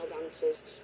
dancers